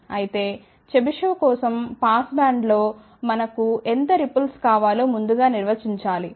అయితే చెబిషెవ్ కోసం పాస్ బ్యాండ్లో మనకు ఎంత రిపుల్స్ కావాలో ముందుగా నిర్వచించాలి